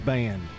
Band